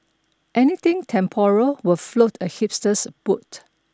anything temporal will float a hipster's boat